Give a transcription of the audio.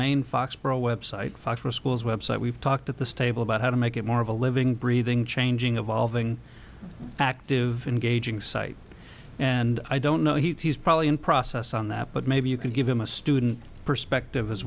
functional schools website we've talked at the stable about how to make it more of a living breathing changing a valving active engaging site and i don't know he's probably in process on that but maybe you can give him a student perspective as